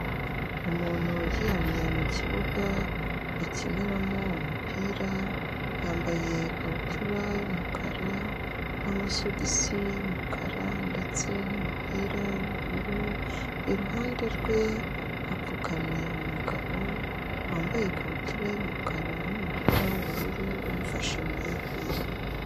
Umuntu uryamye mukibuga bakiniramo umupira yambaye ikabutura y'umukara namasogisi y'umukara ndetse n'umupira w'ubururu iruhande rwe hapfukamye umugabo wambaye ikabutura y'umukara numupira w'ubururu umufashe mu ivi.